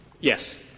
Yes